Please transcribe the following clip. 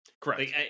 Correct